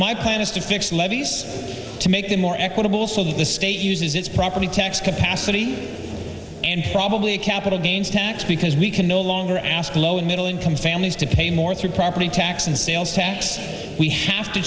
my plan is to fix levees to make them more equitable so that the state uses its property tax capacity and probably a capital gains tax because we can no longer ask the low and middle income families to pay more through property tax and sales tax we have t